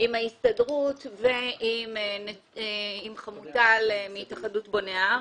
עם ההסתדרות ועם חמוטל בן יעקב מהתאחדות בוני הארץ.